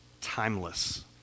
timeless